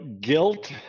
guilt